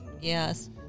Yes